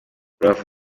rubavu